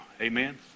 Amen